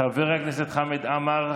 חבר הכנסת חמד עמאר.